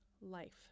life